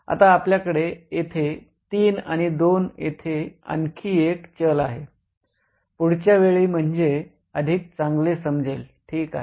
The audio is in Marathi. आता आपल्याकडे येथे तीन आणि दोन येथे आणखी एक चल आहे पुढच्या वेळी म्हणजे अधिक चांगले समजेल ठीक आहे